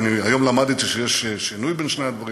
אני היום למדתי שיש שוני בין שני הדברים